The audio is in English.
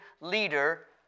leader